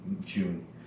June